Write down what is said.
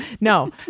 No